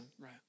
Right